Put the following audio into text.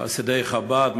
חסידי חב"ד,